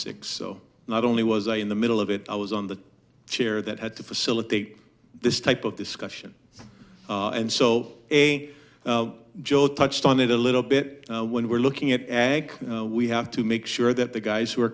six so not only was i in the middle of it i was on the share that at the facilitate this type of discussion and so a joe touched on it a little bit when we're looking at ag we have to make sure that the guys who are